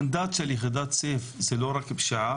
המנדט של יחידת סיף זה לא רק פשיעה,